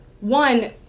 one